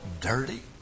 dirty